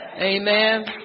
Amen